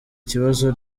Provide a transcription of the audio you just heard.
kibazo